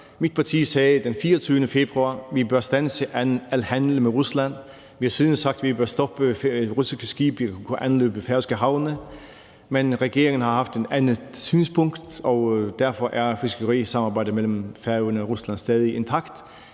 Mit parti sagde den 24. februar: Vi bør standse al handel med Rusland. Vi har siden sagt, at vi bør stoppe russiske skibe i at anløbe færøske havne. Men regeringen har haft et andet synspunkt, og derfor er fiskerisamarbejdet mellem Færøerne og Rusland stadig intakt.